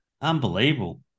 Unbelievable